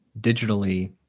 digitally